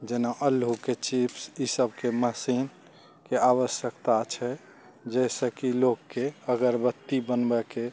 जेना आलूके चिप्स ई सबके मशीनके आवश्यकता छै जाहिसँ की लोकके अगरबत्ती बनबऽके